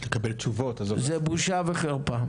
זה בושה וחרפה.